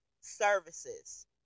services